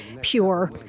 pure